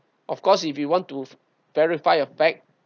of course if you want to verify your fact